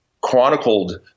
chronicled